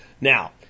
Now